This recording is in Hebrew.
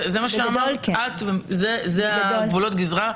זה גבולות הגזרה.